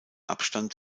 abstand